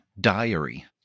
diary